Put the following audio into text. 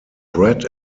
brett